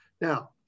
Now